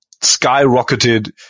skyrocketed